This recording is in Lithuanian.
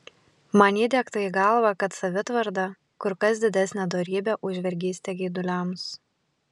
man įdiegta į galvą kad savitvarda kur kas didesnė dorybė už vergystę geiduliams